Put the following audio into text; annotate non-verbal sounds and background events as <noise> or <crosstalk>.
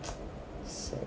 <noise>